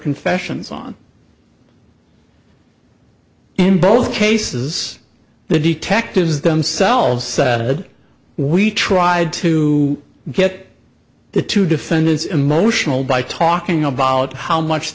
confessions on in both cases the detectives themselves said we tried to get the two defendants emotional by talking about how much